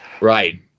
Right